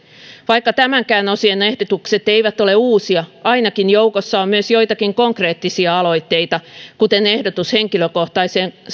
vaikka tämänkään osion ehdotukset eivät ole uusia ainakin joukossa on myös joitakin konkreettisia aloitteita kuten ehdotus henkilökohtaisesta